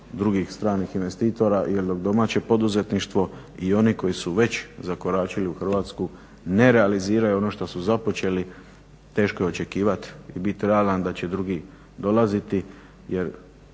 drugih stranih investitora, jer domaće poduzetništvo i oni koji su već zakoračili u Hrvatsku ne realiziraju ono što su započeli. Teško je očekivati i bit realan da će drugi dolaziti